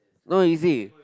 no you see